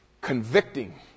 convicting